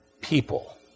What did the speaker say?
people